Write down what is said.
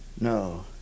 No